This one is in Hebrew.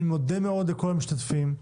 אני מודה לכל המשתתפים,